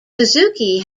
suzuki